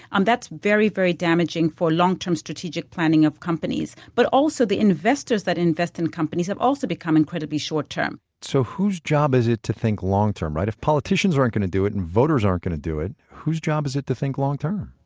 and that's very, very damaging for long-term strategic planning of companies. but also the investors that invest in companies have also become incredibly short term so whose job is it to think longterm? if politicians aren't going to do it and voters aren't going to do it, whose job is it to think long term?